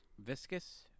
Viscous